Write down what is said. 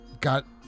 got